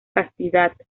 castidad